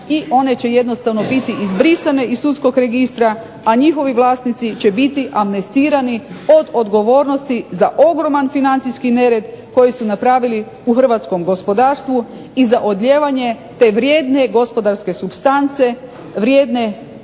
i one će jednostavno biti izbrisane iz sudskog registra, a njihovi vlasnici će biti amnestirani od odgovornosti za ogroman financijski nered koji su napravili u hrvatskom gospodarstvu i za odlijevanje te vrijedne gospodarske supstance, vrijedne